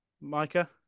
Micah